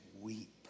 weep